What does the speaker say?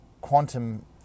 quantum